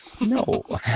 No